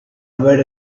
about